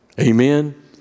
Amen